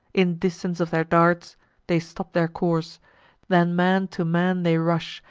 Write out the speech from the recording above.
in distance of their darts they stop their course then man to man they rush,